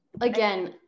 Again